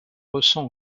ressens